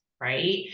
right